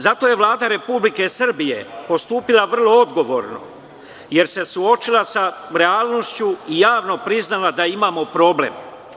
Zato je Vlada Republike Srbije postupila vrlo odgovorno, jer se suočila sa realnošću i javno priznala da imamo problem.